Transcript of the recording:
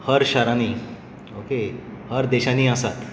हर शारांनी ओके हर देशांनी आसात